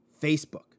Facebook